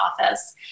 office